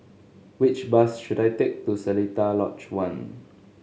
which bus should I take to Seletar Lodge One